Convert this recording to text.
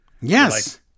yes